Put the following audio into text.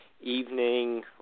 evening